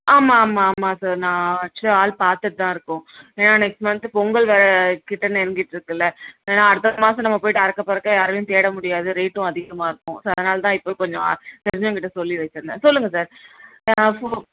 ஆமாம் ஆமாம் ஆமாம் சார் நான் ஆக்சுவலி ஆள் பாத்துட்டு தான் இருக்கோம் ஏன்னா நெக்ஸ்ட் மந்த் பொங்கல் வேறு கிட்டே நெருங்கிட்டுருக்குள்ள ஏன்னா அடுத்த அடுத்த மாதம் நம்ம போய்ட்டு அரக்கப்பரக்க யாரையும் தேட முடியாது ரேட்டும் அதிகமாக இருக்கும் ஸோ அதனால் தான் இப்போ கொஞ்சம் தெரிஞ்சவங்கக்கிட்டே சொல்லி வைச்சிருந்தேன் சொல்லுங்கள் சார்